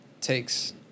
takes